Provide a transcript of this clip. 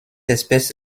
espèce